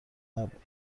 نبود